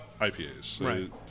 IPAs